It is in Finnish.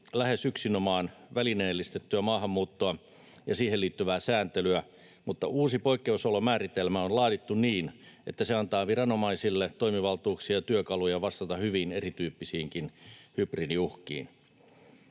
lähes yksinomaan välineellistettyä maahanmuuttoa ja siihen liittyvää sääntelyä, mutta uusi poikkeusolomääritelmä on laadittu niin, että se antaa viranomaisille toimivaltuuksia ja työkaluja vastata hyvin erityyppisiinkin hybridiuhkiin.